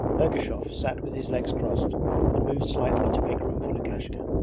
ergushov sat with his legs crossed and moved slightly to make room for lukashka.